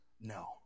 No